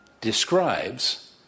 describes